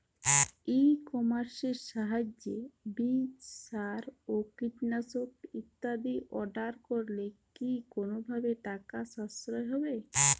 ই কমার্সের সাহায্যে বীজ সার ও কীটনাশক ইত্যাদি অর্ডার করলে কি কোনোভাবে টাকার সাশ্রয় হবে?